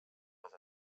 les